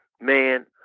man